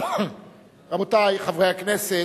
רבותי חברי הכנסת,